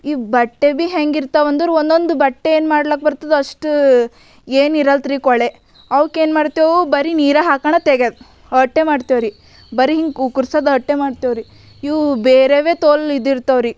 ಇವು ಬಟ್ಟೆ ಭೀ ಹೆಂಗೆ ಇರ್ತವ ಅಂದ್ರು ಒಂದೊಂದು ಬಟ್ಟೆ ಏನು ಮಾಡ್ಲಕ್ಕ ಬರ್ತದೋ ಅಷ್ಟು ಏನಿರಲ್ಲತ್ರಿ ಕೊಳೆ ಅವಕ್ಕೇನು ಮಾಡ್ತೇವೆ ಬರೀ ನೀರು ಹಾಕೋಣ ತೆಗೆದು ವಟ್ಟೆ ಮಾಡ್ತೇವ್ರಿ ಬರೀ ಹಿಂಗೆ ಕುಕ್ಕುರ್ಸೋದು ವಟ್ಟೆ ಮಾಡ್ತೇವ್ರಿ ಇವು ಬೇರೆವೆ ತೋಲ್ ಇದಿರ್ತವ್ರಿ